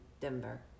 Denver